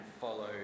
follow